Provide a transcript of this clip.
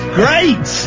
great